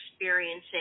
experiencing